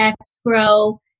escrow